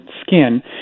skin